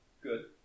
good